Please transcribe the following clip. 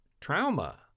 trauma